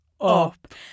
up